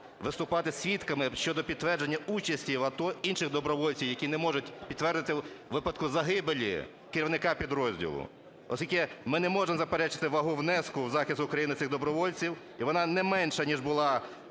виступати свідками щодо підтвердження участі в АТО інших добровольців, які не можуть підтвердити випадку загибелі керівника підрозділу. Оскільки ми не можемо заперечити вагу внеску в захист України цих добровольців, і вона не менша, ніж була